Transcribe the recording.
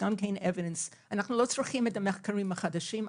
אנחנו לא צריכים את המחקרים החדשים,